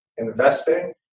investing